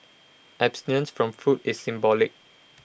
abstinence from food is symbolic